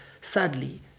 sadly